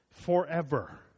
forever